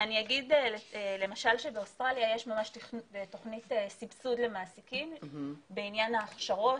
אני אגיד למשל שבאוסטרליה יש ממש תוכנית סבסוד למעסיקים בעניין ההכשרות,